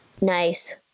Nice